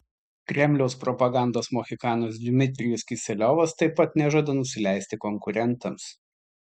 kremliaus propagandos mohikanas dmitrijus kiseliovas taip pat nežada nusileisti konkurentams